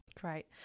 Great